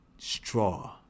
straw